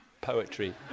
poetry